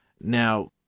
Now